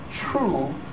true